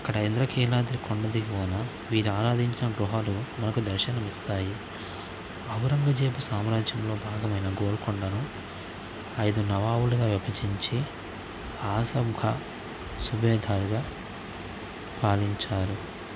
అక్కడ ఇంధ్రకీలాద్రి కొండ దిగువన వీరు ఆరాధించిన గృహాలు మనకు దర్శనమిస్తాయి ఔరంగజేబు సామ్రాజ్యంలో భాగమైన గోల్కొండను ఐదు నవాబులుగా విభజించి ఆసబ్గా సుబేధాలుగా పాలించారు